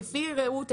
כפי ראות עיניו.